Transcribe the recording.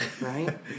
right